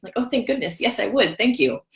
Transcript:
like oh thank goodness. yes. i would thank you